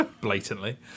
Blatantly